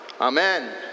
Amen